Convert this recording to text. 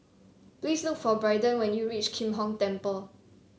please look for Braiden when you reach Kim Hong Temple